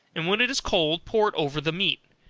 and when it is cold pour it over the meat,